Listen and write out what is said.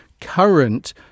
current